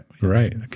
right